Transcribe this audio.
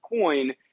coin